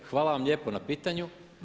Hvala vam lijepo na pitanju.